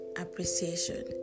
appreciation